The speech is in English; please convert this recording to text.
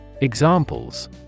Examples